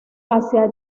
hacia